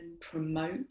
promote